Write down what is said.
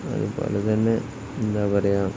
അതുപോലെ തന്നെ എന്താണ് പറയുക